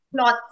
cloth